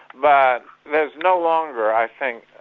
but there's no longer, i think,